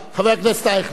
בבקשה, חבר הכנסת אייכלר.